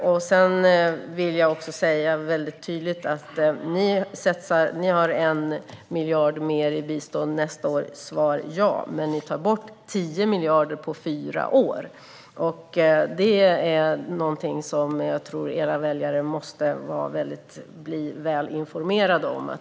Ja, ni har 1 miljard mer i bistånd nästa år. Men ni tar bort 10 miljarder på fyra år, och det måste era väljare bli väl informerade om.